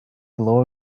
blow